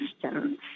questions